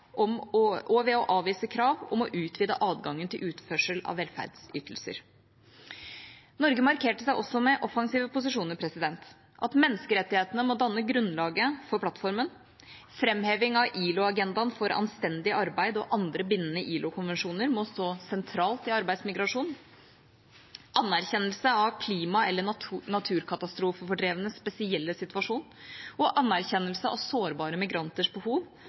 om pressefrihet og ved å avvise krav om å utvide adgangen til utførsel av velferdsytelser. Norge markerte seg også med offensive posisjoner, som at menneskerettighetene må danne grunnlaget for plattformen, framheving av at ILO-agendaen for «anstendig arbeid» og andre bindende ILO-konvensjoner må stå sentralt i arbeidsmigrasjon, anerkjennelse av klima- eller naturkatastrofefordrevnes spesielle situasjon, anerkjennelse av sårbare migranters behov,